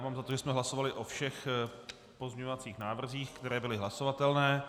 Mám za to, že jsme hlasovali o všech pozměňovacích návrzích, které byly hlasovatelné.